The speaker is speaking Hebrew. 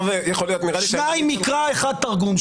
שניים מקרא, אחד תרגום.